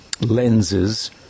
lenses